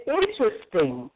interesting